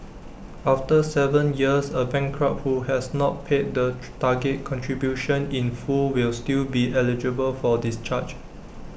after Seven years A bankrupt who has not paid the target contribution in full will still be eligible for discharge